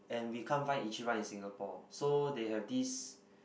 and we can't find Ichiran in Singapore so they have this